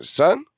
son